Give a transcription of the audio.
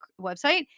website